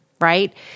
right